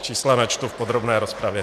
Čísla načtu v podrobné rozpravě.